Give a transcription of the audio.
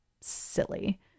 silly